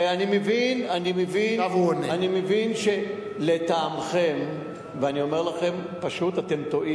אני מבין שלטעמכם, אני אומר לכם, אתם פשוט טועים,